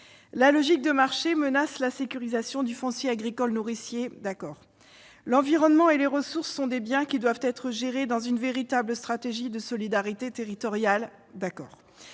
La logique de marché menace la sécurisation du foncier agricole nourricier »: nous sommes d'accord. « L'environnement et les ressources sont des biens qui doivent être gérés dans une véritable stratégie de solidarité territoriale